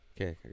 Okay